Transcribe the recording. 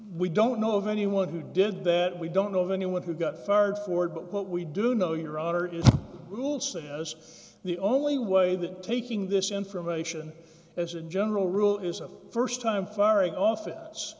we don't know of anyone who did that we don't know of anyone who got fired forward but what we do know your honor is rulz that is the only way that taking this information as a general rule is a st time firing office